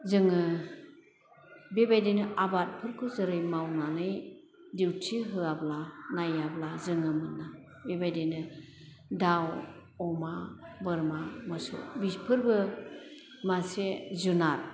जोङो बेबायदिनो आबादफोरखौ जेरै मावनानै दिउथि होयाब्ला नाइयाब्ला जोङो मोना बेबायदिनो दाव अमा बोरमा मोसौ बिफोरबो मासे जुनार